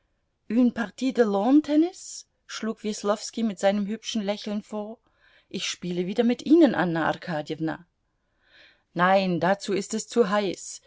schlug weslowski mit seinem hübschen lächeln vor ich spiele wieder mit ihnen anna arkadjewna nein dazu ist es zu heiß